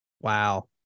Wow